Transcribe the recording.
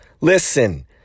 Listen